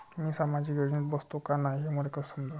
मी सामाजिक योजनेत बसतो का नाय, हे मले कस समजन?